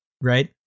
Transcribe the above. Right